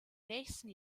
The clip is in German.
nächsten